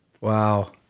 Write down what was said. Wow